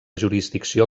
jurisdicció